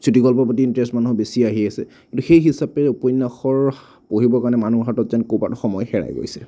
চুটি গল্পৰ প্ৰতি ইণ্টাৰেষ্ট মানুহৰ বেছি আহি আছে কিন্তু সেই হিচাপে উপন্যাসৰ পঢ়িবৰ কাৰণে মানুহৰ হাতত যেন ক'ৰবাত সময় হেৰাই গৈছে